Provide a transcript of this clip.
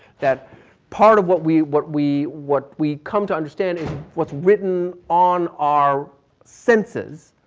that part of what we, what we, what we come to understand is what's written on our senses,